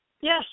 Yes